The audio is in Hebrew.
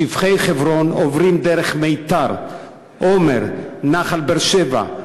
שפכי חברון עוברים דרך מיתר, עומר, נחל-באר-שבע,